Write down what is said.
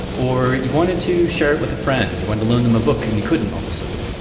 or you wanted to share it with a friend, you wanted to loan them a book and you couldn't all of a sudden,